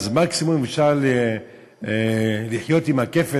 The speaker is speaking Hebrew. מקסימום אפשר לחיות עם הכפל,